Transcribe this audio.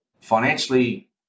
Financially